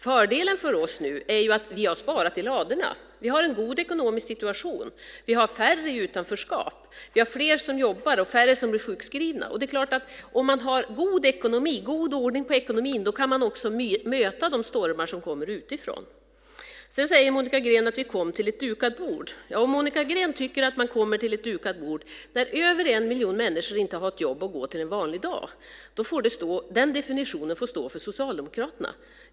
Fördelen för oss är nu att vi har sparat i ladorna. Vi har en god ekonomisk situation. Vi har färre i utanförskap. Vi har fler som jobbar och färre som blir sjukskrivna. Om man har god ordning på ekonomin är det klart att man också kan möta de stormar som kommer utifrån. Monica Green säger att vi kom till ett dukat bord. Om Monica Green tycker att man kommer till ett dukat bord när över en miljon människor inte har ett jobb att gå till en vanlig dag är det en definition som får stå för Socialdemokraterna.